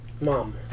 Mom